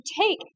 take